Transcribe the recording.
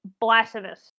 blasphemous